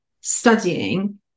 studying